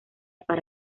para